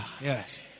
yes